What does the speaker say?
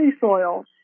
soil